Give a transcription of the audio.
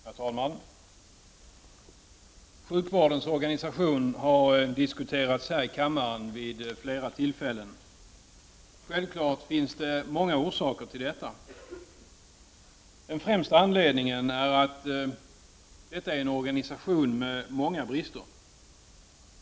Herr talman! Sjukvårdens organisation har diskuterats här i kammaren vid flera tillfällen. Självfallet finns det många orsaker till detta. Den främsta anledningen är att denna organisation har många brister.